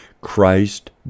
Christ